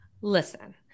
listen